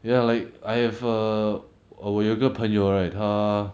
ya like I have a oh 我有个朋友 right 他